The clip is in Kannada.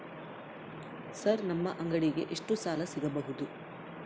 ಸರ್ ನಮ್ಮ ಅಂಗಡಿಗೆ ಎಷ್ಟು ಸಾಲ ಸಿಗಬಹುದು?